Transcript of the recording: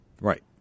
Right